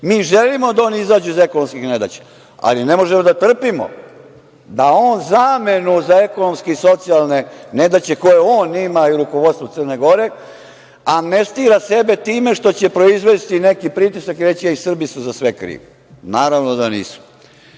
Mi želimo da oni izađu iz ekonomskih nedaća, ali ne možemo da trpimo da on zamenu za ekonomske i socijalne nedaće koje on ima i rukovodstvo Crne Gore amnestira sebe time što će proizvesti neki pritisak i reći – Srbi su za sve krivi. Naravno da nisu. Dame